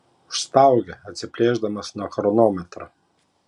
užstaugė atsiplėšdamas nuo chronometro